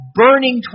burning